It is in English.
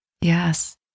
Yes